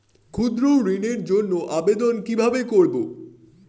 ক্ষুদ্র ঋণের জন্য আবেদন কিভাবে করব?